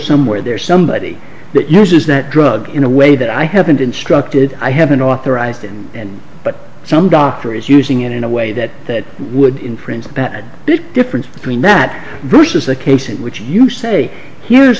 somewhere there's somebody that uses that drug in a way that i haven't instructed i haven't authorized in but some doctor is using it in a way that that would infringe that big difference between that bush is the case in which you say here's